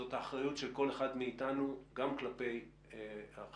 זאת האחריות של כל אחד מאתנו גם כלפי החיילים,